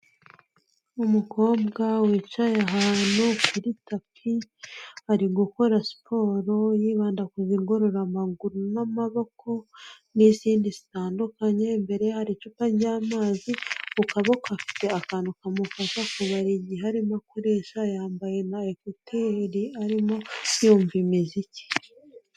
Umukobwa wicaye ahantu kuri tapi, ari gukora siporo yibanda ku zigoror’amaguru n'amaboko n'izindi zitandukanye. Imbere har’icupa ry'amazi, mu kaboko afite akantu kamufasha kubara igihe arimo akoresha, yambaye na ekuteri arimo yumva imiziki.